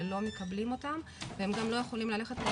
לא מקבלים אותם והם גם לא יכולים ללכת,